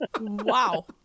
wow